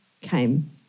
Came